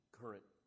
current